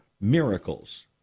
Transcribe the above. Miracles